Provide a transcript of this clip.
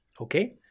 okay